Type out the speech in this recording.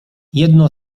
jedno